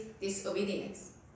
disobedience